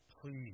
Please